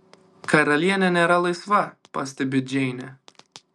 karalienė nėra laisva pastebi džeinė